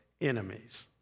enemies